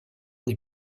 des